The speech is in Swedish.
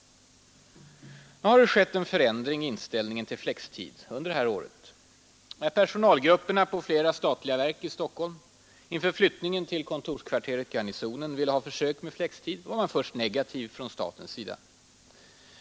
personalgrupperna på flera statliga verk i Stockholm inför flyttningen till kontorskvarteret Garnisonen ville ha försök med flextid var man först negativ från statens sida.